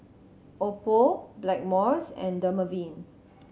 Oppo Blackmores and Dermaveen